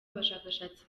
abashakashatsi